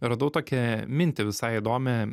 radau tokią mintį visai įdomią